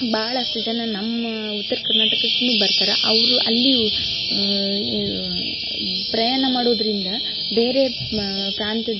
ಬಹಳಷ್ಟು ಜನ ನಮ್ಮ ಉತ್ತರ ಕರ್ನಾಟಕಕ್ಕೂ ಬರ್ತಾರ ಅವರು ಅಲ್ಲಿ ಈ ಪ್ರಯಾಣ ಮಾಡೋದರಿಂದ ಬೇರೆ ಮಾ ಪ್ರಾಂತ್ಯದ